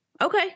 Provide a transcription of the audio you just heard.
Okay